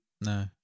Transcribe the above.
No